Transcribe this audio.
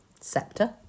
Scepter